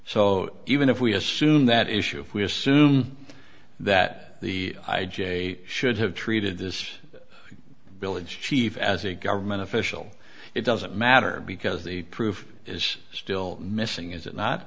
so even if we assume that issue if we assume that the i j a should have treated this village chief as a government official it doesn't matter because the proof is still missing is it not